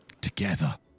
Together